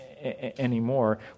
anymore